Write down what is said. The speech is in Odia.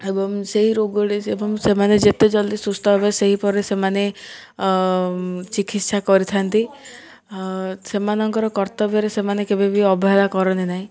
ଏବଂ ସେହି ରୋଗରେ ଏବଂ ସେମାନେ ଯେତେ ଜଲ୍ଦି ସୁସ୍ଥ ହେବେ ସେହିପରି ସେମାନେ ଚିକିତ୍ସା କରିଥାନ୍ତି ସେମାନଙ୍କର କର୍ତ୍ତବ୍ୟରେ ସେମାନେ କେବେବି ଅବହେଳା କରନ୍ତି ନାହିଁ